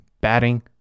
batting